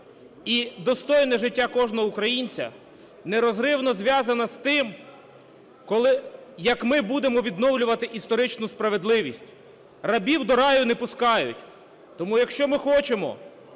і достойне життя кожного українця нерозривно зв'язане з тим, як ми будемо відновлювати історичну справедливість. "Рабів до раю не пускають…" Тому, якщо ми хочемо,